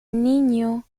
niño